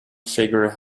figure